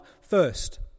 first